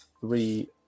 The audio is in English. three